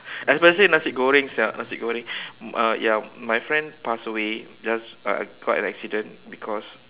especially nasi goreng sia nasi goreng uh ya my friend passed away just uh caught in accident because